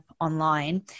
online